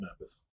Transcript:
Memphis